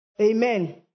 Amen